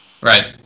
Right